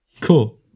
Cool